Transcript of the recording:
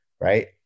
Right